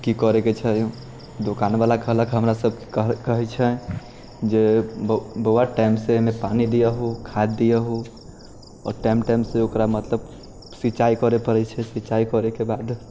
की करैके छै दोकानवला कहलक हमरा सबके कहै छै जे बौआ टाइमसँ अइमे पानि दियहु खाद दियहु टाइम टाइमसँ ओकरा मतलब सिञ्चाइ करऽ पड़ै छै सिञ्चाइ करैके बाद